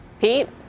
Pete